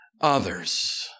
others